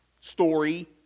story